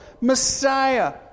Messiah